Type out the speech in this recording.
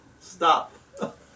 Stop